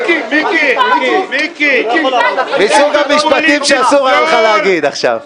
------ מיקי --- מסוג המשפטים שאסור היה לך להגיד עכשיו.